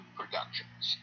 productions